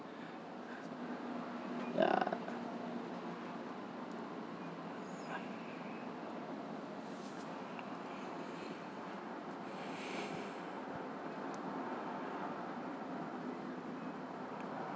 ya